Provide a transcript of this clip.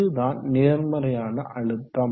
இதுதான் நேர்மறையான அழுத்தம்